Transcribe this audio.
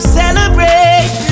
celebrate